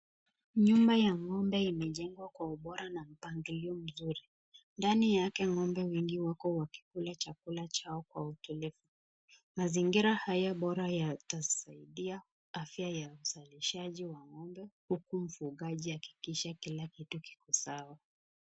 Nyumba ya ng'ombe imejengwa kwa ubora na mpangolio mzuri, ndani yake wako ng'ombe wakikula chakula chao kwa utulivu, mazingira haya bora yatasaidia afya ya uzalishaji wa ng'ombe, huku mfugaji akihakikisha kila kitu kiko sawa.